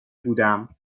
بودم